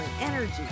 energy